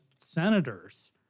senators